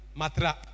matra